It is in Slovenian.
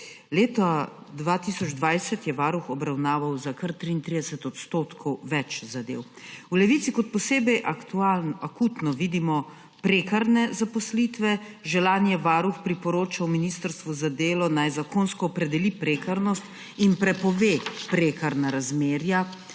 Leta 2020 je Varuh obravnaval za kar 33 % več zadev. V Levici kot posebej akutne vidimo prekarne zaposlitve. Že lani je Varuh priporočil ministrstvu za delo, naj zakonsko opredeli prekarnost in prepove prekarna razmerja,